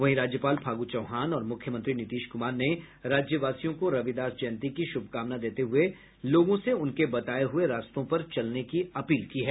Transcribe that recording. वहीं राज्यपाल फागू चौहान और मुख्यमंत्री नीतीश कुमार ने राज्यवासियों को रविदास जयंती की शुभकामना देते हुए लोगों से उनके बताये हुए रास्तों पर चलने की अपील की है